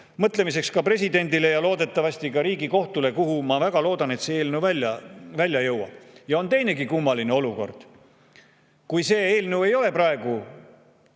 mõtlemiseks ka presidendile ja loodetavasti ka Riigikohtule, kuhu, ma väga loodan, see eelnõu välja jõuab. Ja on teinegi kummaline olukord. Kui see eelnõu ei ole praegu